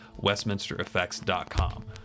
westminstereffects.com